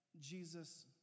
Jesus